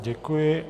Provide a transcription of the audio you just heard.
Děkuji.